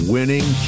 Winning